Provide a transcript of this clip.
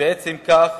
ובעצם כך